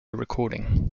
recording